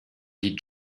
dit